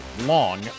Long